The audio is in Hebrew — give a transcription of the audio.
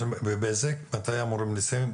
בזק מתי אמורים לסיים?